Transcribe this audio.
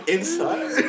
Inside